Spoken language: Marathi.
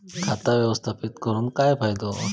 खाता व्यवस्थापित करून काय फायदो?